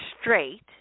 straight